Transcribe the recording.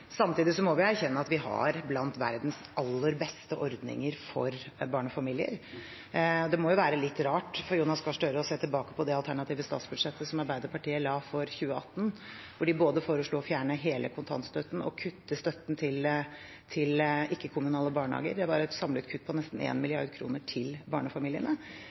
Samtidig må vi erkjenne at vi har blant verdens aller beste ordninger for barnefamilier. Det må jo være litt rart for Jonas Gahr Støre å se tilbake på det alternative statsbudsjettet som Arbeiderpartiet la frem for 2018, hvor de foreslo både å fjerne hele kontantstøtten og å kutte støtten til ikke-kommunale barnehager. Det var et samlet kutt på nesten 1 mrd. kr for barnefamiliene,